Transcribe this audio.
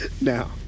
Now